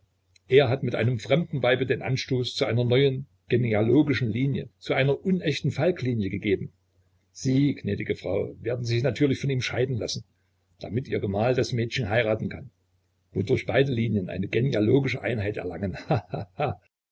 er hat mit einem fremden weibe den anstoß zu einer neuen genealogischen linie zu einer unechten falklinie gegeben sie gnädige frau werden sich natürlich von ihm scheiden lassen damit ihr gemahl das mädchen heiraten kann wodurch beide linien eine genealogische einheit erlangen